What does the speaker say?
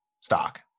stock